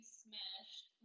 smashed